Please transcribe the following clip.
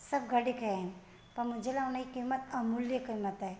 सभु गॾु कया आहिनि त मुंहिंजे लाइ उन जी क़ीमत अमूल्य क़ीमत आहे